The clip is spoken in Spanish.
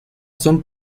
son